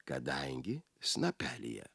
kadangi snapelyje